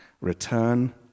return